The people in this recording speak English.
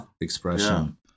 expression